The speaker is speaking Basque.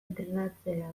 entrenatzera